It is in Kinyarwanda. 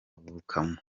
avukamo